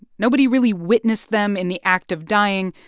nobody really witnessed them in the act of dying,